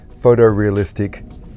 photorealistic